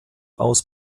aus